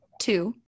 two